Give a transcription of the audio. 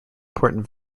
important